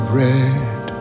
red